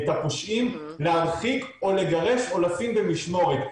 את הפושעים להרחיק או לגרש או לשים במשמורת.